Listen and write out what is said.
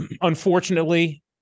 unfortunately